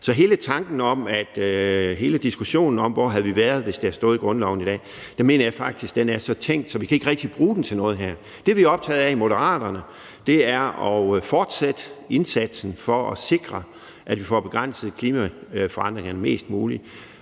og hele diskussionen om, hvor vi havde været i dag, hvis det havde stået i grundloven, mener jeg faktisk er så tænkt, at vi ikke rigtig kan bruge den til noget her. Det, vi er optaget af i Moderaterne, er at fortsætte indsatsen for at sikre, at vi får begrænset klimaforandringerne mest muligt